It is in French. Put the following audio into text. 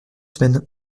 semaines